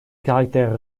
caractère